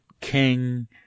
King